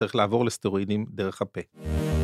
צריך לעבור לסטרואידים דרך הפה.